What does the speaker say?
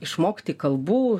išmokti kalbų